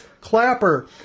Clapper